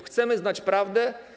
Chcemy znać prawdę.